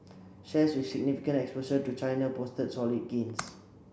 shares with significant exposure to China posted solid gains